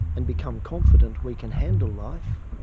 and become confident we can handle life,